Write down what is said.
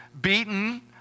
beaten